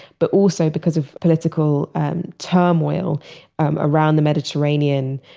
but also because of political turmoil around the mediterranean,